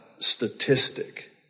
statistic